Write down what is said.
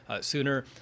sooner